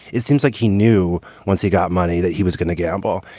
it seems like he knew once he got money that he was gonna gamble.